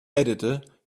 editor